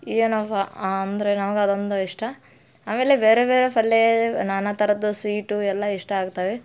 ಏನಪ್ಪ ಅಂದ್ರೆ ನನ್ಗೆ ಅದೊಂದು ಇಷ್ಟ ಆಮೇಲೆ ಬೇರೆ ಬೇರೆ ಪಲ್ಯ ನಾನಾ ಥರದ್ದು ಸ್ವೀಟು ಎಲ್ಲ ಇಷ್ಟ ಆಗ್ತವೆ